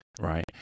right